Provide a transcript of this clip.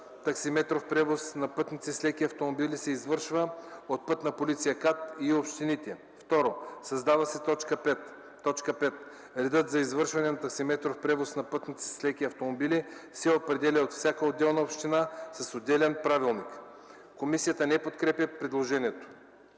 таксиметров превоз на пътници с леки автомобили се извършва от Пътна полиция КАТ и общините”. 2. Създава се т. 5: „5. Редът за извършване на таксиметров превоз на пътници с леки автомобили се определя от всяка отделна община с отделен правилник.” Комисията не подкрепя предложението.